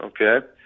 Okay